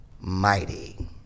mighty